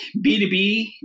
B2B